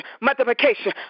Multiplication